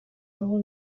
abo